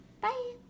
Bye